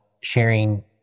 sharing